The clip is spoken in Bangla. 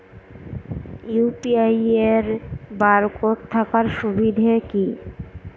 ইউ.পি.আই এর বারকোড থাকার সুবিধে কি?